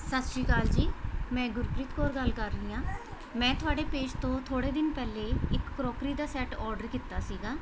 ਸਤਿ ਸ਼੍ਰੀ ਅਕਾਲ ਜੀ ਮੈਂ ਗੁਰਪ੍ਰੀਤ ਕੌਰ ਗੱਲ ਕਰ ਰਹੀ ਹਾਂ ਮੈਂ ਤੁਹਾਡੇ ਪੇਜ ਤੋਂ ਥੋੜ੍ਹੇ ਦਿਨ ਪਹਿਲੇ ਇੱਕ ਕਰੋਕਰੀ ਦਾ ਸੈੱਟ ਔਡਰ ਕੀਤਾ ਸੀਗਾ